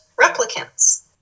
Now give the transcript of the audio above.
replicants